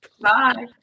Bye